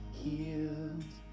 healed